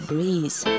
Breeze